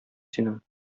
синең